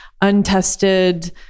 untested